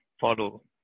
Follow